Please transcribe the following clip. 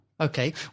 Okay